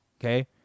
Okay